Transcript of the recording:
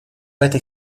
этой